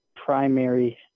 primary